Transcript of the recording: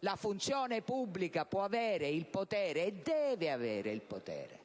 La Funzione pubblica può avere il potere - e deve avere il potere